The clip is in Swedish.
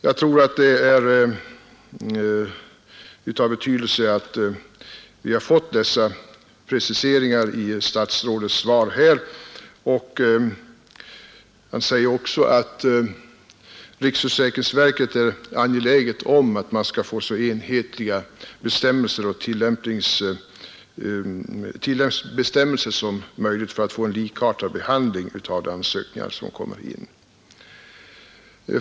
Jag tror att det är av vikt att vi har fått dessa preciseringar i statsrådets svar. Han säger ju också att riksförsäkringsverket är angeläget om att man skall ha så enhetliga tillämpningsbestämmelser som möjligt för att få en likartad behandling av de ansökningar som kommer in.